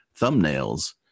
thumbnails